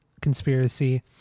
Conspiracy